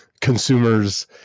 consumers